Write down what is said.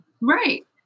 right